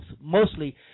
mostly